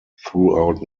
throughout